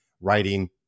writing